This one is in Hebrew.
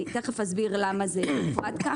תכף אסביר למה ככה.